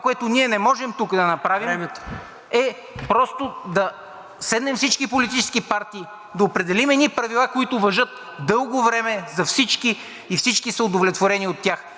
ЦОНЕВ: Времето! ПЕТЪР НИКОЛОВ: ...е просто да седнем всички политически партии, да определим едни правила, които важат дълго време за всички и всички са удовлетворени от тях.